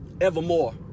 evermore